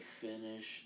finish